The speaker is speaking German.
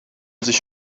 sich